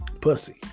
pussy